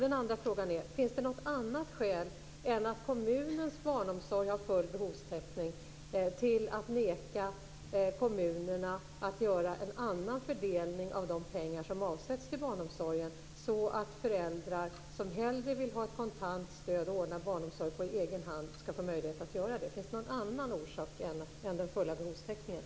Den andra frågan är: Finns det något annat skäl till att neka kommunerna att göra en annan fördelning av de pengar som avsätts till barnomsorgen än att kommunens barnomsorg har full behovstäckning, så att föräldrar som hellre vill ha ett kontant stöd och ordna barnomsorgen på egen hand skall få möjlighet att göra det?